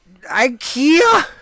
Ikea